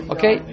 Okay